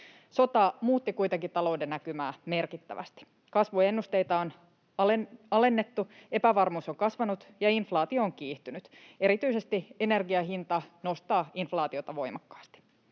Sota muutti kuitenkin talouden näkymää merkittävästi. Kasvuennusteita on alennettu, epävarmuus on kasvanut, ja inflaatio on kiihtynyt. Erityisesti energian hinta nostaa inflaatiota voimakkaasti.